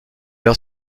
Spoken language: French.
leur